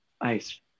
ice